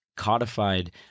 codified